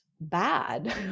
bad